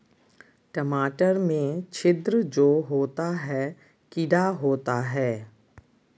टमाटर में छिद्र जो होता है किडा होता है?